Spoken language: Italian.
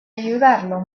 aiutarlo